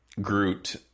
Groot